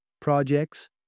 Projects